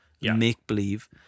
make-believe